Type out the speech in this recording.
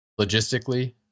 logistically